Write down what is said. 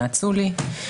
ייעצו לי,